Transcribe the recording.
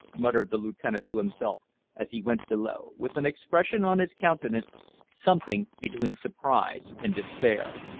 muttered the lieutenant to himself as he went below, with an expression on his countenance something between surprise and despair.